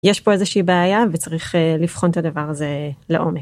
יש פה איזושהי בעיה וצריך לבחון את הדבר הזה לעומק.